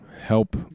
help